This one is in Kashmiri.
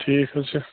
ٹھیٖک حظ چھُ